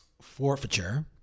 forfeiture